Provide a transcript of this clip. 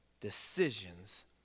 decisions